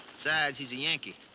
besides, he's a yankee.